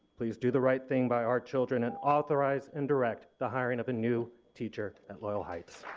please do the right thing by our children and authorize and direct the hiring of a new teacher at loyal heights.